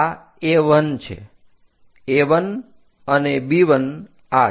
આ A1 છે A1 અને B1 આ છે